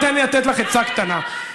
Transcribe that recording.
תני לתת לך עצה קטנה,